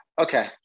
Okay